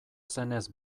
zenez